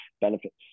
benefits